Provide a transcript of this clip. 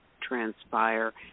transpire